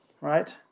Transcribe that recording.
right